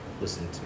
listen